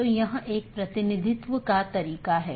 दूसरे अर्थ में यह ट्रैफिक AS पर एक लोड है